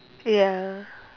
ya